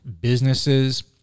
businesses